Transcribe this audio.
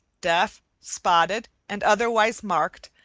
deaf, spotted, and otherwise marked,